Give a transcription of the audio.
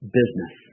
business